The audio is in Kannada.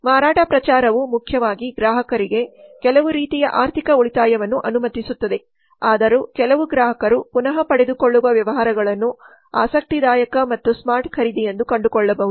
ಮಾರಾಟ ಪ್ರಚಾರವು ಮುಖ್ಯವಾಗಿ ಗ್ರಾಹಕರಿಗೆ ಕೆಲವು ರೀತಿಯ ಆರ್ಥಿಕ ಉಳಿತಾಯವನ್ನು ಅನುಮತಿಸುತ್ತದೆ ಆದರೂ ಕೆಲವು ಗ್ರಾಹಕರು ಪುನಃ ಪಡೆದುಕೊಳ್ಳುವ ವ್ಯವಹಾರಗಳನ್ನು ಆಸಕ್ತಿದಾಯಕ ಮತ್ತು ಸ್ಮಾರ್ಟ್ ಖರೀದಿಯೆಂದು ಕಂಡುಕೊಳ್ಳಬಹುದು